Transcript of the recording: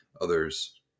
others